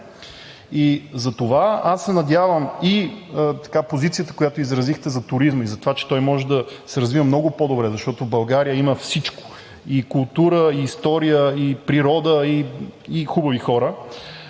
И затова аз се надявам, че и позицията, която изразихте за туризма, и за това, че той може да се развива много по-добре, защото в България има всичко – и култура, и история, и природа, и хубави хора,